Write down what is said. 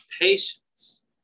patience